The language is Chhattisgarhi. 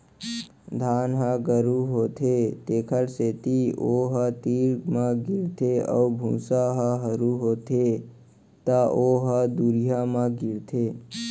धान ह गरू होथे तेखर सेती ओ ह तीर म गिरथे अउ भूसा ह हरू होथे त ओ ह दुरिहा म गिरथे